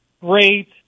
great